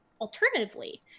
alternatively